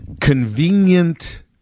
convenient